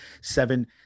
seven